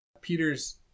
Peter's